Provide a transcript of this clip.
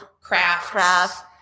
Crafts